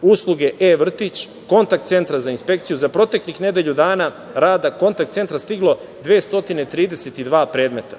Usluge E-vrtić, kontakt centra za inspekciju, za proteklih nedelju dana rada kontakt centra stiglo je 232 predmeta.